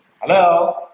Hello